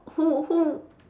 who who